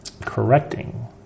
correcting